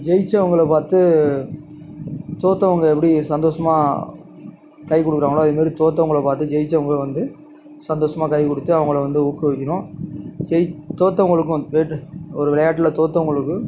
ஜெயிச்சவங்களை பார்த்து தோற்றவங்க எப்படி சந்தோஷமா கைக்கொடுக்குறாங்களோ அதுமாரி தோற்றவங்கள பார்த்து ஜெயித்தவங்களும் வந்து சந்தோஷமா கைக்கொடுத்து அவங்களை வந்து ஊக்குவிக்கணும் ஜெய் தோற்றவங்களுக்கும் ஒரு விளையாட்டில் தோற்றவங்களுக்கு